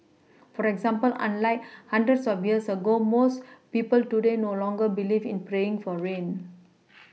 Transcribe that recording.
for example unlike hundreds of years ago most people today no longer believe in praying for rain